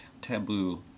taboo